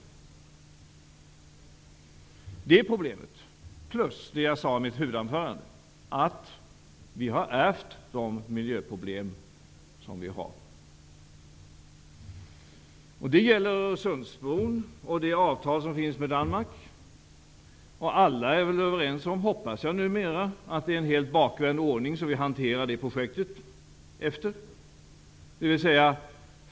Det är ett problem, plus det jag sade i mitt huvudanförande, nämligen att vi har ärvt dessa miljöproblem. Då har vi frågan om Öresundsbron och avtalet med Danmark. Alla är väl numera överens om -- hoppas jag -- att det är en bakvänd ordning som projektet hanteras efter.